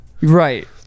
Right